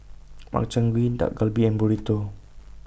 Makchang Gui Dak Galbi and Burrito